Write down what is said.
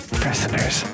prisoners